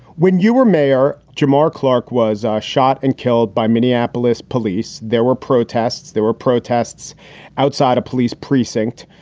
when you were mayor, germar clarke was ah shot and killed by minneapolis police. there were protests. there were protests outside a police precinct.